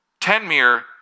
Tenmir